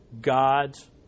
god's